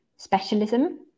specialism